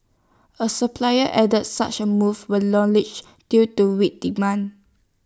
A supplier added such A move was due to weak demand